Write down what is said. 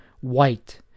white